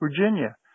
Virginia